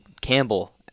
Campbell